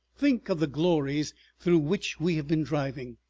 think of the glories through which we have been driving,